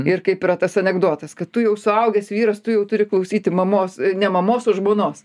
ir kaip yra tas anekdotas kad tu jau suaugęs vyras tu jau turi klausyti mamos ne mamos o žmonos